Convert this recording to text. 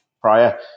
prior